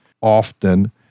often